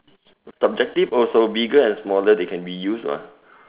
subjective also bigger and smaller they can be use mah